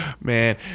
Man